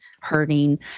hurting